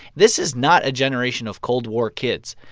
this is not a generation of cold war kids.